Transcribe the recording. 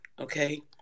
okay